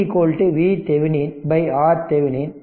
i VThevenin RThevenin10